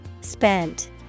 Spent